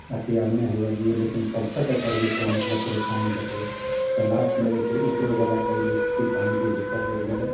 अथी आब नहि हुए दियै लेकिन कबतक एकर जे छै मतलब परेशानी देखबै तऽ लास्टमे जे छै उपरोबलाके जे छै दोस्त की कहौ की झुकए पड़ि गेलै